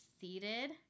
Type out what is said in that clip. seated